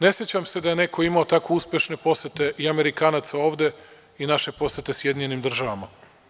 Ne sećam se da je neko imao tako uspešne posete i Amerikanaca ovde i naše posete SAD tamo.